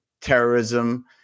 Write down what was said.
terrorism